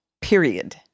Period